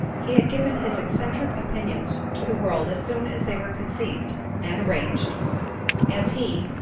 he had given his eccentric opinions to the world as soon as they were conceived and arranged as he,